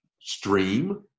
stream